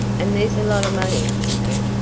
and there's a lot of money in that.